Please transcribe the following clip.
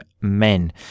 men